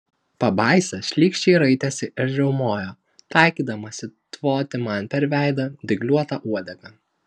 pabaisa šlykščiai raitėsi ir riaumojo taikydamasi tvoti man per veidą dygliuota uodega